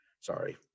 Sorry